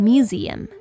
Museum